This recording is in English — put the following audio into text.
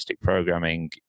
programming